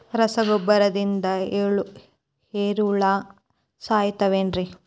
ರಸಗೊಬ್ಬರದಿಂದ ಏರಿಹುಳ ಸಾಯತಾವ್ ಏನ್ರಿ?